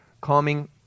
calming